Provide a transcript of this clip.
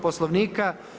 Poslovnika.